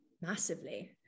massively